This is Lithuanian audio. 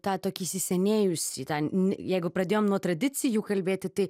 tą tokį įsisenėjusį ten jeigu pradėjom nuo tradicijų kalbėti tai